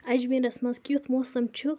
اجمیرس منز کِیُتھ موسم چھُ ؟